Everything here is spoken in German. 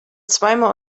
zweimal